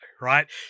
right